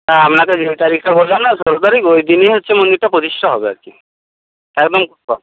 আপনাকে যে তারিখটা বললাম না ষোলো তারিখ ওই দিনই হচ্ছে মন্দিরটা প্রতিষ্ঠা হবে আর কী একদম কনফার্ম